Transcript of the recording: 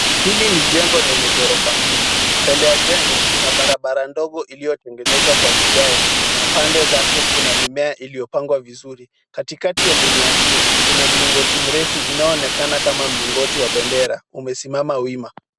Hili ni jengo lenye ghorofa mbili. Mbele ya jengo, kuna barabara ndogo iliyotengenezwa kwa vigae na pande zake kuna mimea iliyopangwa vizuri. Katikati ya mimea hiyo kuna mlingoti mrefu unaoonekana kama mlingoti wa bendera, umesimama wima.